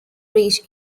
ridge